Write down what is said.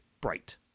Bright